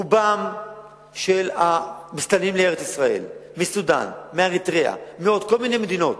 רוב המסתננים לארץ-ישראל מסודן ואריתריאה ומעוד כל מיני מדינות